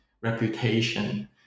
reputation